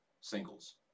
singles